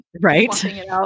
Right